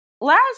last